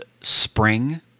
Spring